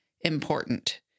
important